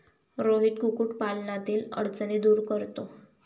रोहित कुक्कुटपालनातील अडचणी दूर करतो